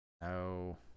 No